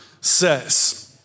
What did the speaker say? says